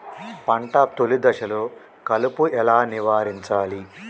పంట తొలి దశలో కలుపు ఎలా నివారించాలి?